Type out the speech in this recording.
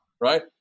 right